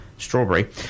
Strawberry